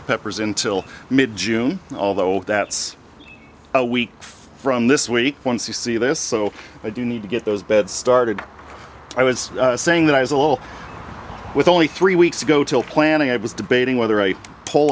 the peppers until mid june although that's a week from this week once you see this so i do need to get those beds started i was saying that i was a little with only three weeks to go till planning i was debating whether i pull